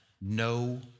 no